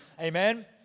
Amen